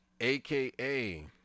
Aka